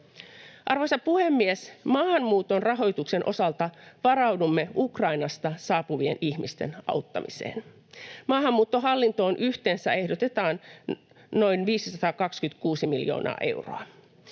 Arvoisa puhemies! Maahanmuuton rahoituksen osalta varaudumme Ukrainasta saapuvien ihmisten auttamiseen. Maahanmuuttohallintoon yhteensä ehdotetaan noin 526 miljoonaa euroa.